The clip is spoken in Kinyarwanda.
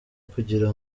kugira